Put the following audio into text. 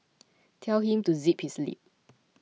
tell him to zip his lip